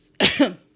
Okay